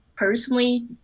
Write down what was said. Personally